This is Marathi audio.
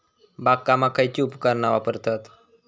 बागकामाक खयची उपकरणा वापरतत?